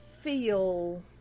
feel